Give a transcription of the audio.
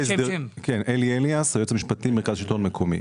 אלי אליאס, יועץ משפטי, מרכז שלטון מקומי.